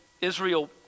Israel